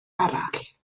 arall